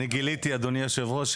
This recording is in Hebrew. אדוני היושב-ראש,